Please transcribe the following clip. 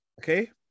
Okay